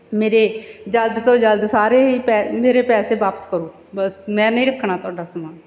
ਮੇਰੇ ਜਲਦ ਤੋਂ ਜਲਦ ਸਾਰੇ ਹੀ ਪੈ ਮੇਰੇ ਪੈਸੇ ਵਾਪਿਸ ਕਰੋ ਬਸ ਮੈਂ ਨਹੀਂ ਰੱਖਣਾ ਤੁਹਾਡਾ ਸਮਾਨ